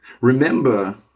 Remember